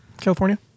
California